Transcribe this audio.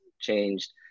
changed